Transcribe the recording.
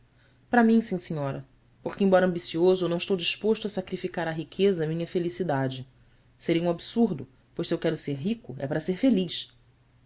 para mim sim senhora porque embora ambicioso eu não estou disposto a sacrificar à riqueza minha felicidade seria um absurdo pois se eu quero ser rico é para ser feliz